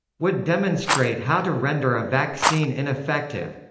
would demonstrate how to render a vaccine ineffective